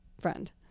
friend